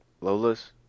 lola's